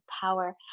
power